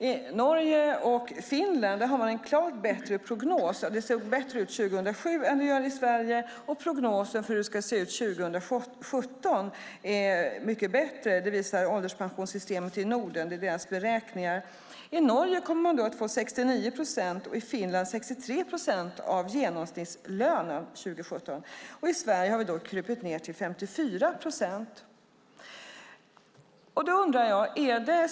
I Norge och Finland har man en klart bättre prognos. Det såg bättre ut 2007 än det gjorde i Sverige, och prognosen för hur det ska se ut 2017 är mycket bättre. Det visar Ålderspensionssystemet i Norden; det är deras beräkningar. I Norge kommer man att få 69 procent och i Finland 63 procent av genomsnittslönen 2017. I Sverige har vi alltså krupit ned till 54 procent.